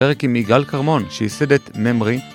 פרק עם יגאל כרמון, שייסד את נמרי